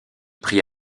prit